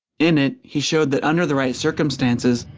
in it he showed that under the right circumstances,